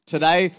Today